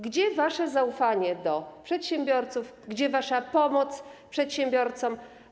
Gdzie wasze zaufanie do przedsiębiorców, gdzie wasza pomoc dla przedsiębiorców?